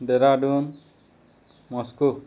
Dehradun Moscow